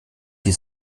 die